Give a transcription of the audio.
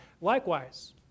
Likewise